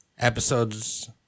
episodes